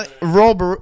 Rob